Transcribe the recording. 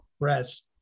press